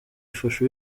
ifasha